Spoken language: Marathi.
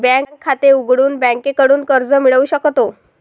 बँक खाते उघडून आपण बँकेकडून कर्ज मिळवू शकतो